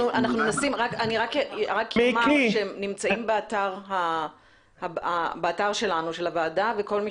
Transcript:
אני רק אומר שהם נמצאים באתר הוועדה וכל מי